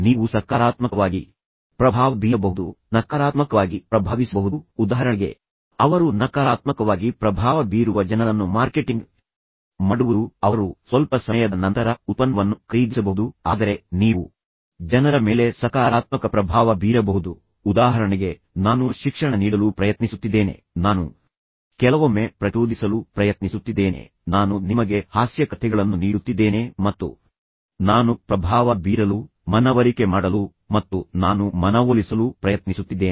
ನೀವು ಸಕಾರಾತ್ಮಕವಾಗಿ ಪ್ರಭಾವ ಬೀರಬಹುದು ನಕಾರಾತ್ಮಕವಾಗಿ ಪ್ರಭಾವಿಸಬಹುದು ಉದಾಹರಣೆಗೆ ಅವರು ನಕಾರಾತ್ಮಕವಾಗಿ ಪ್ರಭಾವ ಬೀರುವ ಜನರನ್ನು ಮಾರ್ಕೆಟಿಂಗ್ ಮಾಡುವುದು ಅವರು ಸ್ವಲ್ಪ ಸಮಯದ ನಂತರ ಉತ್ಪನ್ನವನ್ನು ಖರೀದಿಸಬಹುದು ಆದರೆ ನೀವು ಜನರ ಮೇಲೆ ಸಕಾರಾತ್ಮಕ ಪ್ರಭಾವ ಬೀರಬಹುದು ಉದಾಹರಣೆಗೆ ನಾನು ಶಿಕ್ಷಣ ನೀಡಲು ಪ್ರಯತ್ನಿಸುತ್ತಿದ್ದೇನೆ ನಾನು ಕೆಲವೊಮ್ಮೆ ಪ್ರಚೋದಿಸಲು ಪ್ರಯತ್ನಿಸುತ್ತಿದ್ದೇನೆ ನಾನು ನಿಮಗೆ ಹಾಸ್ಯ ಕಥೆಗಳನ್ನು ನೀಡುತ್ತಿದ್ದೇನೆ ಮತ್ತು ನಾನು ಪ್ರಭಾವ ಬೀರಲು ಮನವರಿಕೆ ಮಾಡಲು ಮತ್ತು ನಾನು ಮನವೊಲಿಸಲು ಪ್ರಯತ್ನಿಸುತ್ತಿದ್ದೇನೆ